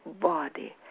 body